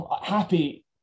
happy